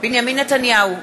בנימין נתניהו,